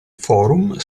forum